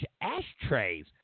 ashtrays